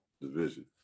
division